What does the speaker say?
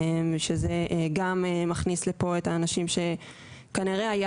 שזה גם מכניס לפה את האנשים שכנראה היה